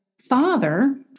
father